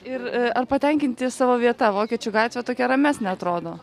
ir ar patenkinti savo vieta vokiečių gatvė tokia ramesnė atrodo